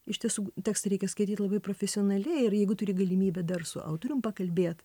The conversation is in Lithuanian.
iš tiesų tekstą reikia skaityt labai profesionaliai ir jeigu turi galimybę dar su autorium pakalbėt